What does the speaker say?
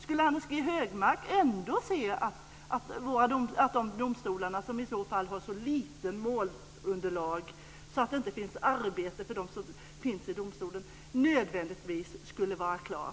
Skulle Anders G Högmark ändå vilja att de domstolar som i så fall har ett så litet målunderlag att det inte finns arbete för dem som finns i domstolen nödvändigtvis ska vara kvar?